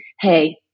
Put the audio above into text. Hey